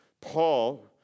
Paul